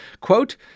quote